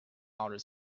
outer